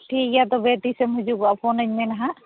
ᱴᱷᱤᱠ ᱜᱮᱭᱟ ᱛᱚᱵᱮ ᱛᱤᱥᱮᱢ ᱦᱤᱡᱩᱜᱚᱜᱼᱟ ᱯᱷᱳᱱᱟᱹᱧ ᱢᱮ ᱱᱟᱦᱟᱸᱜ